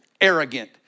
arrogant